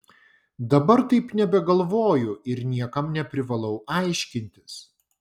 dabar taip nebegalvoju ir niekam neprivalau aiškintis